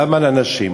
למה לנשים?